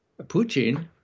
Putin